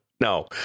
No